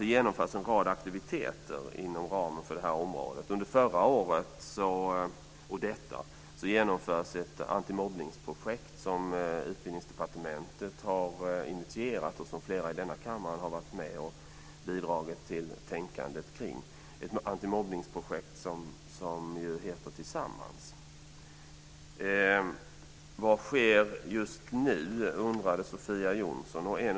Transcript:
Det genomförs en rad aktiviteter inom ramen för detta område. Under förra året och detta genomförs ett antimobbningsprojekt som Utbildningsdepartmentet har initierat och som flera i denna kammare har bidragit till. Detta antimobbningsprojekt heter Tillsammans. Sofia Jonsson undrade vad som sker just nu.